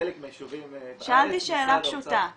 בחלק מהיישובים בארץ משרד האוצר --- שאלתי שאלה פשוטה,